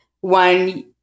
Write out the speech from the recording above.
One –